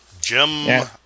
Jim